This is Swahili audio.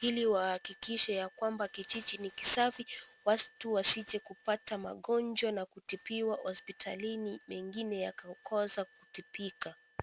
ili wahakikishe ya kwamba kijiji ni kisafi, watu wasije kupata magonjwa na kutibiwa hospitalini mengine yakakosa kutibika.